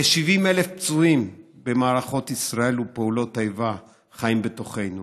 כ-70,000 פצועים במערכות ישראל ופעולות האיבה חיים בתוכנו.